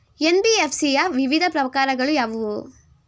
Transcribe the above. NBFC ಯ ವಿವಿಧ ಪ್ರಕಾರಗಳು ಯಾವುವು?